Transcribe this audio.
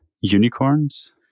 unicorns